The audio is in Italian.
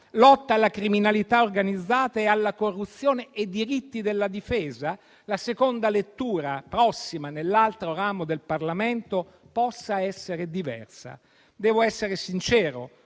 lotta alla criminalità organizzata e alla corruzione e diritti della difesa, la seconda lettura prossima nell'altro ramo del Parlamento possa essere diversa. Devo essere sincero.